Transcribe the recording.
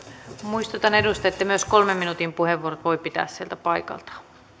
muistutan edustajia että myös kolmen minuutin puheenvuorot voi pitää sieltä paikalta